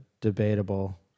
debatable